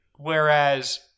Whereas